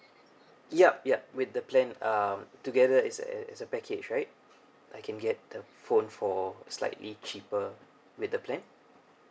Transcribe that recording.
yup yup with the plan um together it's uh it's a package right I can get the phone for slightly cheaper with the plan